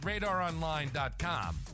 RadarOnline.com